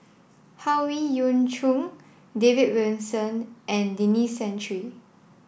Howe Yoon Chong David Wilson and Denis Santry